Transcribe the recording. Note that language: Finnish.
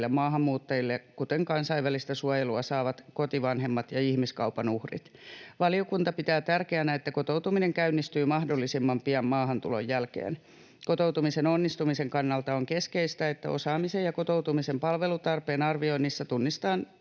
maahanmuuttajille, kuten kansainvälistä suojelua saaville kotivanhemmille ja ihmiskaupan uhreille. Valiokunta pitää tärkeänä, että kotoutuminen käynnistyy mahdollisimman pian maahantulon jälkeen. Kotoutumisen onnistumisen kannalta on keskeistä, että osaamisen ja kotoutumisen palvelutarpeen arvioinnissa tunnistetaan